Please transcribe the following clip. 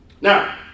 Now